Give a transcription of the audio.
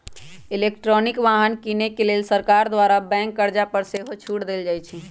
electric वाहन किने के लेल सरकार द्वारा बैंक कर्जा पर सेहो छूट देल जाइ छइ